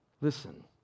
Listen